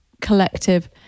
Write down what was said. collective